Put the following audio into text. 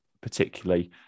particularly